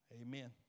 Amen